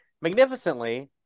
magnificently